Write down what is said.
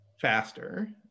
faster